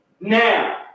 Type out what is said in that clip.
now